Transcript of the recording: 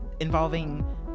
involving